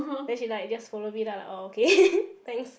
then she just like follow me then I'm like orh okay thanks